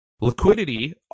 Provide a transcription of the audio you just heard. liquidity